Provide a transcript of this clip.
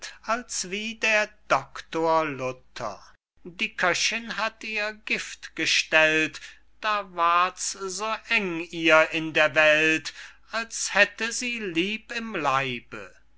als wie der doctor luther die köchinn hatt ihr gift gestellt da ward's so eng ihr in der welt als hätte sie lieb im leibe